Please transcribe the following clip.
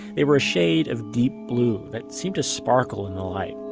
they were a shade of deep blue that seemed to sparkle in the light.